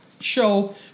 show